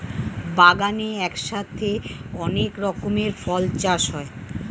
বাগানে একসাথে অনেক রকমের ফল চাষ হয়